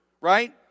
right